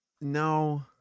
No